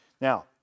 Now